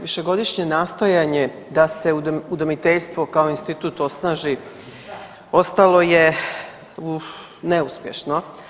Višegodišnje nastojanje da se udomiteljstvo kao institut osnaži ostalo je neuspješno.